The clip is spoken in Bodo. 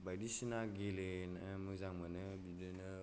बायदिसिना गेलेनो मोजां मोनो बिदिनो